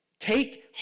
take